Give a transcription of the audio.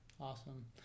Awesome